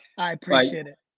i appreciate it.